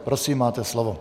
Prosím, máte slovo.